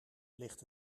ligt